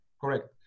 correct